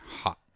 hot